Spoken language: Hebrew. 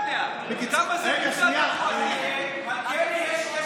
ובנייה ובנושא תמ"א, מבנה נטוש.